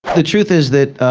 the truth is that